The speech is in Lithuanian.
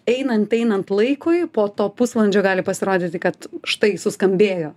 einant einant laikui po to pusvalandžio gali pasirodyti kad štai suskambėjo